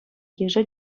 йышӗ